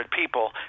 people